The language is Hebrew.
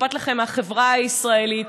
אכפת לכם מהחברה הישראלית,